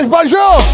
Bonjour